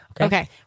Okay